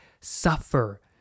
suffer